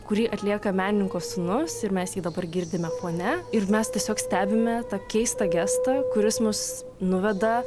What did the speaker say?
kurį atlieka menininko sūnus ir mes jį dabar girdime fone ir mes tiesiog stebime tą keistą gestą kuris mus nuveda